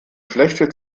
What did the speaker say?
schlechte